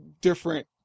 different